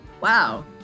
Wow